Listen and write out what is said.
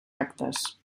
actes